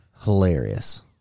Hilarious